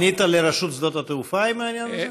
פנית לרשות שדות התעופה עם העניין הזה?